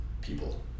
people